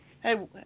Hey